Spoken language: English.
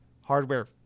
hardware